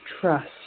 trust